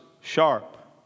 sharp